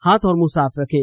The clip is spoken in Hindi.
हाथ और मुंह साफ रखें